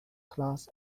class